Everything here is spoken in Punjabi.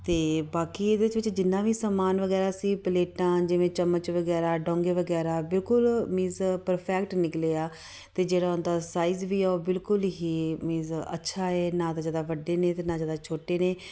ਅਤੇ ਬਾਕੀ ਇਹਦੇ ਵਿੱਚ ਜਿੰਨਾ ਵੀ ਸਮਾਨ ਵਗੈਰਾ ਅਸੀਂ ਪਲੇਟਾਂ ਜਿਵੇਂ ਚਮਚ ਵਗੈਰਾ ਡੋਂਗੇ ਵਗੈਰਾ ਬਿਲਕੁਲ ਮੀਨਜ਼ ਪਰਫੈਕਟ ਨਿਕਲੇ ਆ ਅਤੇ ਜਿਹੜਾ ਉਹਨਾਂ ਦਾ ਸਾਈਜ਼ ਵੀ ਆ ਉਹ ਬਿਲਕੁਲ ਹੀ ਮੀਨਜ਼ ਅੱਛਾ ਹੈ ਨਾ ਤਾਂ ਜ਼ਿਆਦਾ ਵੱਡੇ ਨੇ ਅਤੇ ਨਾ ਜ਼ਿਆਦਾ ਛੋਟੇ ਨੇ